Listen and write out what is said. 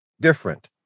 different